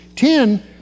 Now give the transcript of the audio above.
Ten